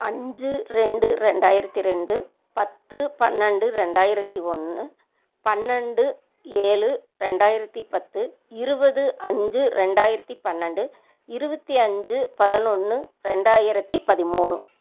அஞ்சு ரெண்டு ரெண்டாயிரத்தி ரெண்டு பத்து பன்னெண்டு ரெண்டாயிரத்தி ஒன்று பன்னெண்டு ஏழு ரெண்டாயிரத்தி பத்து இருபது அஞ்சு ரெண்டாயிரத்தி பன்னெண்டு இருபத்தி அஞ்சு பதினொன்று ரெண்டாயிரத்தி பதிமூணு